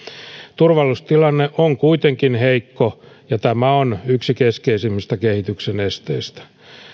turvallisuustilanne on kuitenkin heikko ja tämä on yksi keskeisimmistä kehityksen esteistä